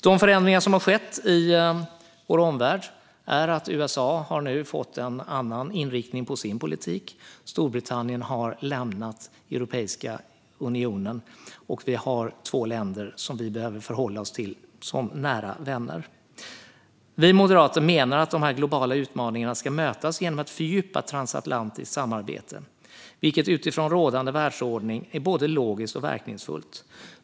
De förändringar som har skett i vår omvärld är att USA nu har fått en annan inriktning på sin politik och att Storbritannien har lämnat Europeiska unionen. Vi har två länder som vi behöver förhålla oss till som nära vänner. Vi moderater menar att de här globala utmaningarna ska mötas genom ett fördjupat transatlantiskt samarbete, vilket utifrån rådande världsordning är både logiskt och verkningsfullt.